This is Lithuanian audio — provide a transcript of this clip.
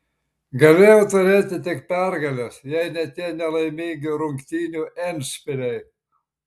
galėjo turėti tik pergales jei ne tie nelaimingi rungtynių endšpiliai